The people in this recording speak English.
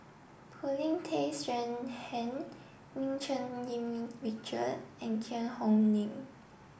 Paulin Tay Straughan Lim Cherng Yih Richard and Cheang Hong Lim